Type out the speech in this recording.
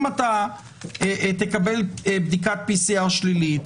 אם תקבל בדיקת PCR שלילית,